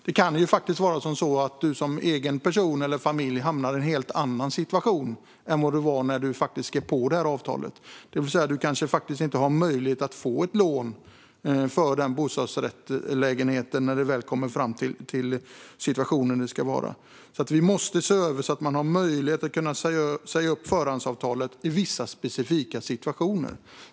Man kan ju som enskild person eller familj hamna i en helt annan situation än den som man var i när man skrev på avtalet, det vill säga att man kanske inte har möjlighet att få ett lån för bostadsrättslägenheten. Vi måste se över möjligheten att säga upp förhandsavtal i vissa specifika situationer.